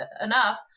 enough